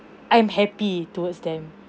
I'm happy towards them